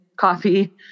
coffee